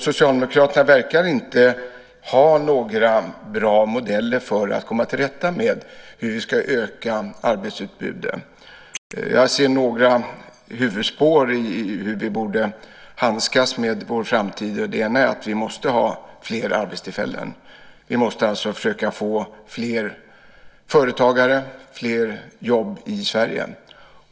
Socialdemokraterna verkar inte ha några bra modeller för att komma till rätta med hur vi ska öka arbetsutbudet. Jag ser några huvudspår i hur vi borde handskas med vår framtid. Ett är att vi måste ha fler arbetstillfällen. Vi måste alltså försöka få fler företagare och fler jobb i Sverige.